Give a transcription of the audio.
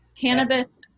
cannabis